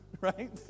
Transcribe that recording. right